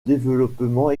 développement